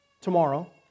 tomorrow